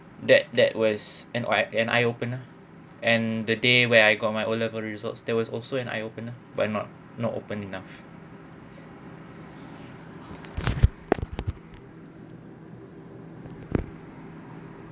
that that was an eye opener and the day where I got my o level results that was also an eye opener but not not open enough